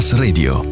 Radio